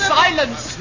silence